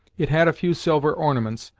it had a few silver ornaments,